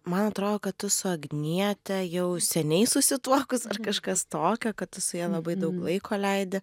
man atrodo kad tu su agniete jau seniai susituokus ar kažkas tokio kad su ja labai daug laiko leidi